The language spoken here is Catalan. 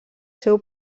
seu